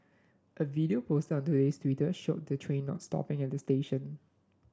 a video posted on Today Twitter showed the train not stopping at the station